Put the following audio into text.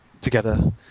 together